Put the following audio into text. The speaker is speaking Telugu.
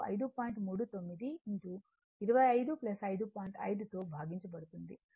5 తో భాగించబడుతుంది దీని విలువ 35